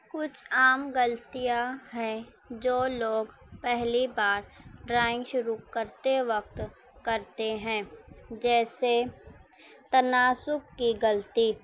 کچھ عام غلطیاں ہیں جو لوگ پہلی بار ڈرائنگ شروع کرتے وقت کرتے ہیں جیسے تناسب کی غلطی